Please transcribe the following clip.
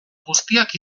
guztiak